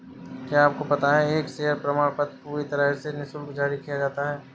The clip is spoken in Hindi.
क्या आपको पता है एक शेयर प्रमाणपत्र पूरी तरह से निशुल्क जारी किया जाता है?